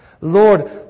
Lord